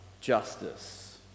justice